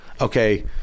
okay